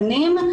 בנים,